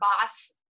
boss